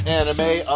anime